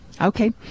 Okay